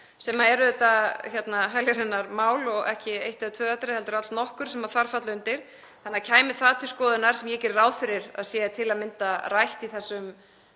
sem er auðvitað heljarinnar mál og ekki eitt eða tvö atriði heldur allnokkur sem þar falla undir. Þannig að kæmi það til skoðunar, sem ég geri ráð fyrir að sé til að mynda rætt í þessari